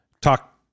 Talk